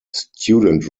student